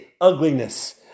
ugliness